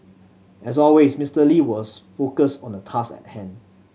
as always Mister Lee was focused on the task at hand